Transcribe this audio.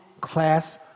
class